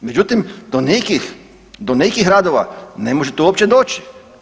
Međutim, do nekih radova ne možete uopće doći.